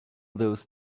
those